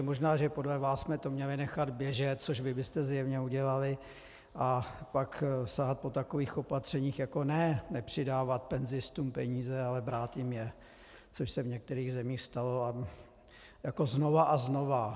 Možná jsme to podle vás měli nechat běžet, což vy byste zjevně udělali, a pak sahat po takových opatřeních, jako ne nepřidávat penzistům peníze, ale brát jim je, což se v některých zemích stalo znovu a znovu.